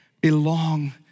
belong